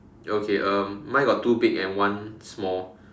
okay um mine got two big and one small